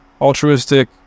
altruistic